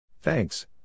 Thanks